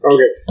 Okay